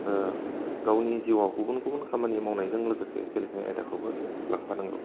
गावनि जिउआव गुबुन गुबुन खामानि मावनायजों लोगोसे गेलेनाय आयदाखौबो लांफा नांगौ